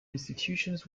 institutions